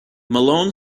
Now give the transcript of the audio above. malone